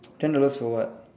ten dollars for what